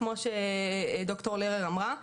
כפי שד"ר לרר אמרה,